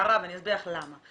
סערה ואני אסביר לך למה.